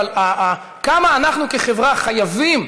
אבל כמה אנחנו כחברה חייבים